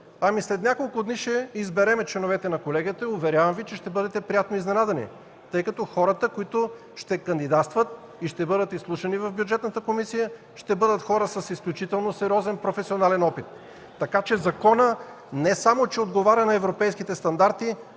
Ами, след няколко дни ще изберем членовете на Колегията. Уверявам Ви, че ще бъдете приятно изненадани, тъй като хората, които ще кандидатстват и ще бъдат изслушани в Бюджетната комисия ще бъдат хора с изключително сериозен професионален опит, така че законът не само че отговаря на европейските стандарти,